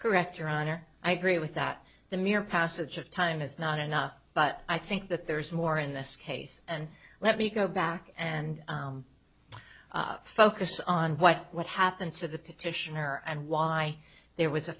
correct your honor i agree with that the mere passage of time is not enough but i think that there is more in this case and let me go back and focus on what what happened to the petitioner and why there was a